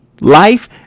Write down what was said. life